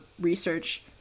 research